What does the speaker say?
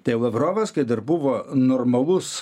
tai lavrovas kai dar buvo normalus